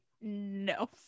No